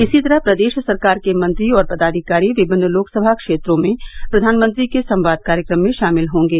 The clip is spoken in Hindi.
इसी तरह प्रदेश सरकार के मंत्री और पदाधिकारी विभिन्न लोकसभा क्षेत्रों में प्रधानमंत्री के संवाद कार्यक्रम में शामिल होंगे